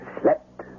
slept